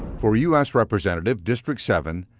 for u s. representative, district seven,